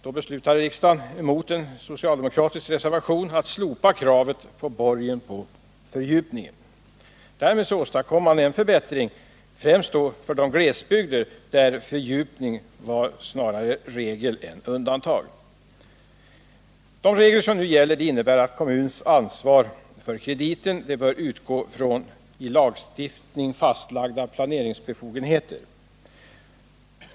Då beslutade riksdagen, mot en socialdemokratisk reservation, att slopa kravet på borgen på fördjupningen. Därmed åstadkoms en förbättring främst för de glesbygder där fördjupning var snarare regel än undantag. De regler som nu gäller innebär att kommuns ansvar för krediter bör utgå från i lagstiftning fastlagda planeringsbefogenheter.